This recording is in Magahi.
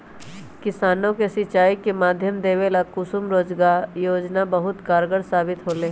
किसानों के सिंचाई के माध्यम देवे ला कुसुम योजना बहुत कारगार साबित होले है